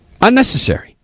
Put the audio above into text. Unnecessary